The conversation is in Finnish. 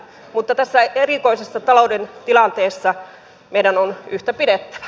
mutta tässä erikoisessa talouden tilanteessa meidän on yhtä pidettävä